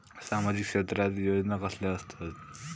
सामाजिक क्षेत्रात योजना कसले असतत?